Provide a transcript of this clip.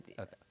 Okay